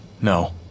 No